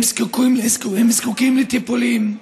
הם זקוקים לטיפולים,